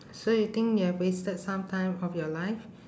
so you think you have wasted some time of your life